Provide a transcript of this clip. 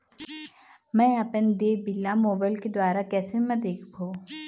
म अपन देय बिल ला मोबाइल के द्वारा कैसे म देखबो?